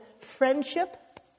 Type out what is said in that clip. friendship